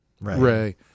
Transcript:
Ray